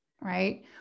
right